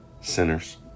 sinners